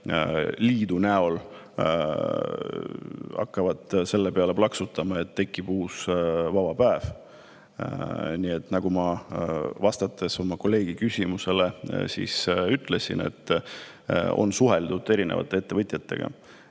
liit hakkavad selle peale plaksutama, et tekib uus vaba päev. Nagu ma vastates oma kolleegi küsimusele ütlesin, on suheldud erinevate ettevõtjatega